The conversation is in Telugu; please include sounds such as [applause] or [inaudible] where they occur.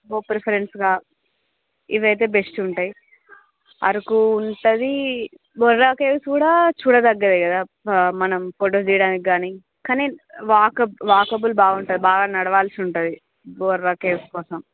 [unintelligible] ఫ్రెండ్స్గా ఇవైతే బెస్ట్ ఉంటాయి అరకు ఉంటది బొర్రా కేవ్స్ కూడా చూడతగ్గదే కదా మనం ఫోటో దిగడానికి కానీ కానీ వాకబ్ వాకబుల్ బాగుంటుంది బాగా నడవాల్సి ఉంటుంది బొర్రా కేవ్స్ కోసం